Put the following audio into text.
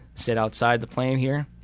sit outside the plane here.